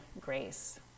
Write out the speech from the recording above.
grace